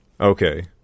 Okay